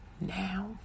Now